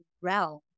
realm